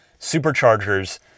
superchargers